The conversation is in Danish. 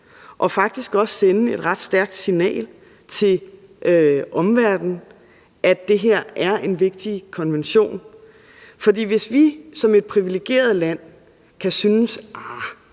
og faktisk også sende et ret stærkt signal til omverdenen om, at det her er en vigtig konvention? For hvis vi som et privilegeret land kan synes, at ah, det er nok ikke